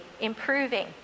improving